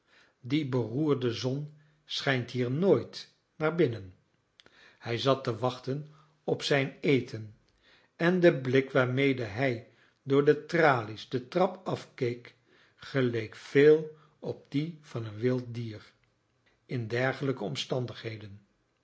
dia beroerde zon schijnt hier nooit naar binnen hij zat te wachten op zijn eten en de blik waarmede hij door de tralies de trap afkeek geleek veel op dien van een wild dier in dergelijke omstandigheden